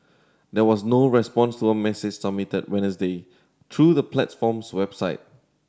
there was no response to a message submitted Wednesday through the platform's website